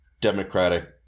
Democratic